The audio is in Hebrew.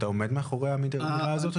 אתה עומד מאחורי האמירה הזאת,